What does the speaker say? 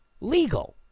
legal